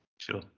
Sure